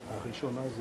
הראשונה זה